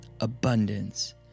abundance